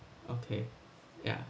okay ya